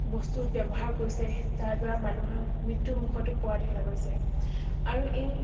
বস্তুৰ ব্যৱহাৰ কৰিছে তাৰ দ্বাৰা মানুহৰ মৃত্যুৰ মুখতো পৰা দেখা গৈছে আৰু এই